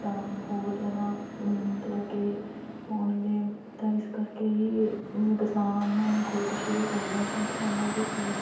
ਤਾਂ ਹੋਰ ਜ਼ਿਆਦਾ ਮਤਲਬ ਕਿ ਹੋਣਗੇ ਤਾਂ ਇਸ ਕਰਕੇ ਹੀ ਕਿਸਾਨ ਖੁਦਕੁਸ਼ੀ ਵੀ ਕਰ ਰਿਹਾ ਕਿਉਂਕਿ ਉਨ੍ਹਾਂ ਦੀ ਕੀ